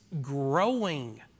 growing